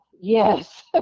Yes